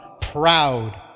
proud